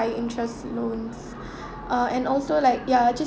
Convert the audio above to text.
~igh-interest loans uh and also like ya ju~